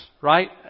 right